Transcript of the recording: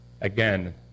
Again